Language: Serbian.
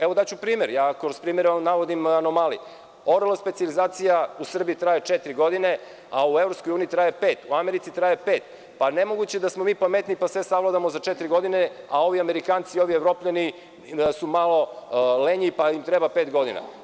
Evo, daću primer, kroz primer vam navodim anomalije, ORL specijalizacija u Srbiji traje četiri godine, a u EU traje pet, u Americi traje pet, pa nemoguće da smo mi pametniji, pa sve savladamo za četiri godine, a ovi Amerikanci i ovi Evropljani su malo lenji, pa im treba pet godina.